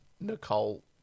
Nicole